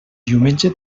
diumenge